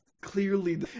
clearly